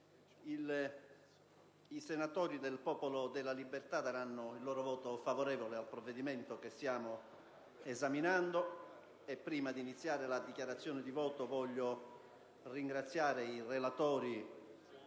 i senatori del Popolo della Libertà esprimeranno il loro voto favorevole al provvedimento in esame. Prima di iniziare la dichiarazione di voto, voglio però ringraziare i relatori